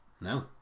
No